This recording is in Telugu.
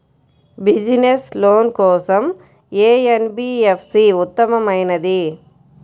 బిజినెస్స్ లోన్ కోసం ఏ ఎన్.బీ.ఎఫ్.సి ఉత్తమమైనది?